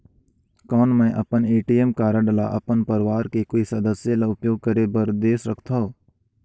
कौन मैं अपन ए.टी.एम कारड ल अपन परवार के कोई सदस्य ल उपयोग करे बर दे सकथव?